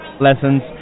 lessons